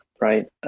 right